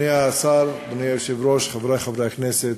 אדוני השר, אדוני היושב-ראש, חברי חברי הכנסת,